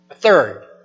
Third